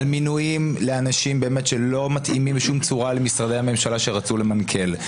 על מינויים של אנשים שלא מתאימים בשום צורה למשרדי הממשלה שרצו למנכ"ל,